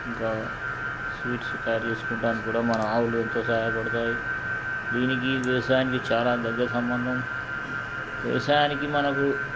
ఇంకా స్వీట్స్ తయారు చేసుకోటానికి కూడా మన ఆవులు ఎంతో సహాయపడతాయి దీనికి వ్యవసాయానికి చాలా దగ్గర సంబంధం వ్యవసాయానికి మనకు